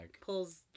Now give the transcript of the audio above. pulls